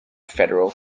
federal